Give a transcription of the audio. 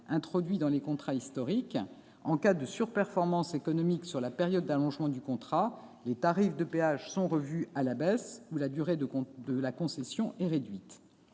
possible, dans les contrats historiques : en cas de surperformance économique sur la période d'allongement du contrat, les tarifs de péages sont revus à la baisse, ou la durée de la concession est réduite.